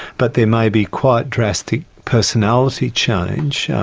but there may be quite drastic personality change.